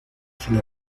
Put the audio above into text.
sin